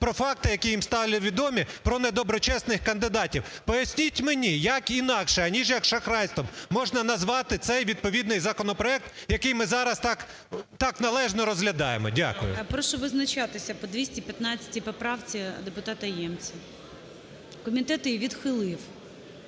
про факти, які їм стали відомі про недоброчесних кандидатів. Поясніть мені, як інакше, аніж як шахрайством, можна назвати цей відповідний законопроект, який ми зараз так належно розглядаємо? Дякую. ГОЛОВУЮЧИЙ. Прошу визначатися по 215 поправці депутата Ємця. Комітет її відхилив.